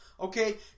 Okay